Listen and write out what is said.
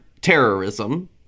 terrorism